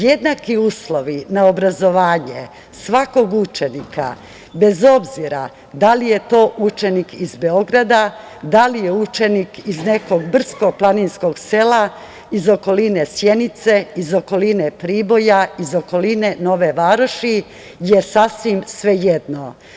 Jednaki uslovi na obrazovanje svakog učenika, bez obzira da li je to učenik iz Beograda, da li je učenik iz nekog brdsko-planinskog sela, iz okoline Sjenice, iz okoline Priboja, iz okoline Nove Varoši je sasvim svejedno.